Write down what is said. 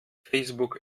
facebook